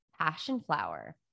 passionflower